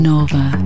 Nova